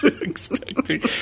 Expecting